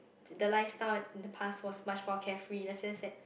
the lifestyle in the past was much more carefree in a sense that